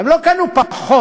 הן לא קנו פחות.